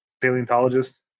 paleontologist